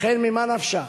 לכן ממה נפשך?